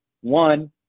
One